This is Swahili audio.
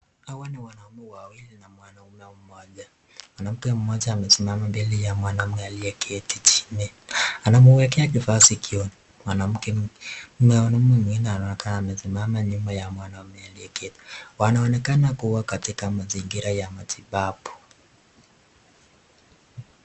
Hawa ni wanaume wawili na mwanamke Mmoja, mwanamme Mmoja pia amesimama mbele ya mwanamke Mmoja aliyeketi chini, anamwekea kifaa sikioni mwanamke, mwanamme mwingine anaonekana amekaa nyuma ya mwanaume aliyeketi, wanaonekana kuwa katika mazingira ya matibabu.